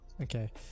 Okay